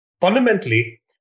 Fundamentally